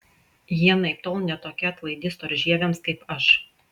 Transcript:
ji anaiptol ne tokia atlaidi storžieviams kaip aš